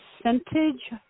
percentage